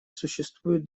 существуют